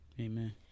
Amen